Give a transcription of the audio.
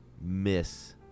miss